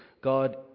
God